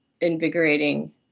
invigorating